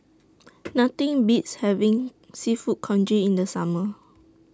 Nothing Beats having Seafood Congee in The Summer